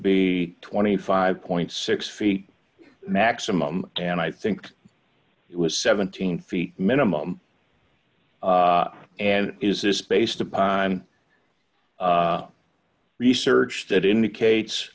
be twenty five point six feet maximum and i think it was seventeen feet minimum and is this based upon research that indicates